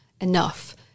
enough